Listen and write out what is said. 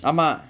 ஆமா:aamaa